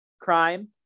crime